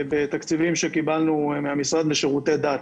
בתקציבים שקיבלנו מהמשרד לשירותי דת,